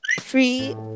Free